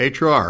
HR